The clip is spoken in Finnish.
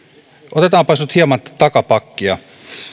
otetaanpas nyt hieman takapakkia